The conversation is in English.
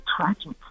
tragic